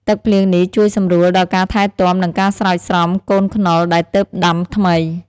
ទឹកភ្លៀងនេះជួយសម្រួលដល់ការថែទាំនិងការស្រោចស្រពកូនខ្នុរដែលទើបដាំថ្មី។